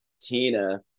Tina